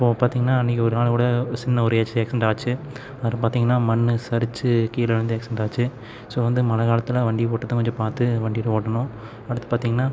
இப்போது பார்த்தீங்கனா அன்றைக்கு ஒரு ஆள் கூட சின்ன ஒரு ஏக் ஏக்சிடன்ட் ஆச்சு அவர் பார்த்தீங்கனா மண் சரித்து கீழே விழுந்து ஏக்சிடன்ட் ஆச்சு ஸோ வந்து மழை காலத்தில் வண்டி ஓட்டுறத கொஞ்சம் பார்த்து வண்டியெல்லாம் ஓட்டணும் அடுத்து பார்த்தீங்கனா